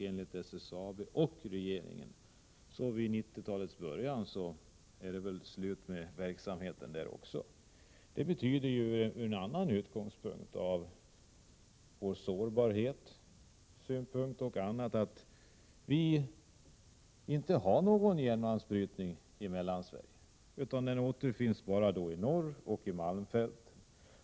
Enligt SSAB och regeringen lär verksamheten också på dessa orter upphöra i början av 90-talet. Bl. a. ur sårbarhetssynpunkt är det betänkligt att vi då inte kommer att ha kvar någon järnmalmsbrytning i Mellansverige. Sådan verksamhet kommer endast att finnas uppe i norr, i malmfälten.